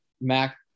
Mac